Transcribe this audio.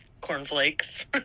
Cornflakes